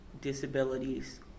disabilities